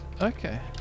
Okay